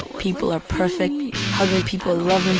people are perfect other people,